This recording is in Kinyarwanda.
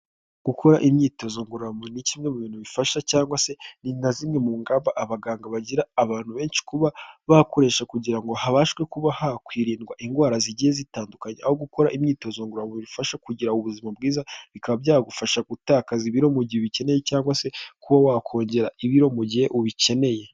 Gukora imyitozo ngororamubiri, ni kimwe mu bintu bifasha cyangwa se ni nka zimwe mu ngamba abaganga bagira abantu benshi kuba bakoresha kugira ngo habashe kuba hakwirindwa indwara zigiye zitandukanye, aho gukora imyitozo ngororamubiri bifasha kugira ubuzima bwiza, bikaba byagufasha gutakaza ibiro mu gihe ubikeneye cyangwa se kuba wakongera ibiro mu gihe ubikeneye.